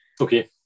okay